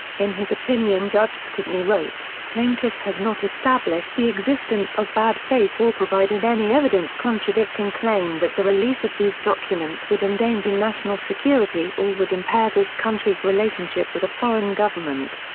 in his opinion judge skretny wrote, plaintiff has not established the existence of bad faith or provided any evidence contradicting claim that the release of these documents would endanger national security or would impair this country's relationship with a foreign government.